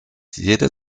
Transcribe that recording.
jede